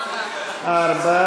הסתייגות מס' 24